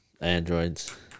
Androids